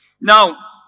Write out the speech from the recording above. Now